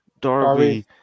Darby